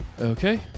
Okay